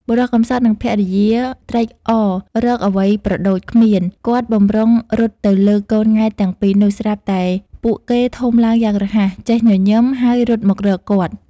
បុរសកំសត់ និង ភរិយាត្រេកអររកអ្វីប្រដូចគ្មាន គាត់បំរុងរត់ទៅលើកកូនង៉ែតទាំងពីរនោះ ស្រាប់តែពួកគេធំឡើងយ៉ាងរហ័ស ចេះញញឹម ហើយរត់មករកគាត់ ៕